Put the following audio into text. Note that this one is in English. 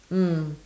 mm